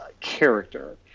character